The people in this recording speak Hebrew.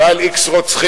ועל x רוצחים,